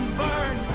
burn